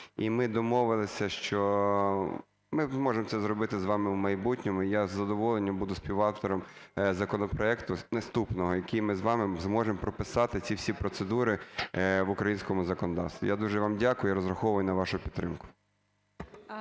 І ми домовилися, що ми можемо це зробити з вами в майбутньому. І я з задоволенням буду співавтором законопроекту наступного, в який ми з вами зможемо прописати ці всі процедури в українському законодавстві. Я дуже вам дякую і розраховую на вашу підтримку.